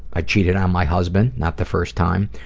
i cheated on my husband, not the first time,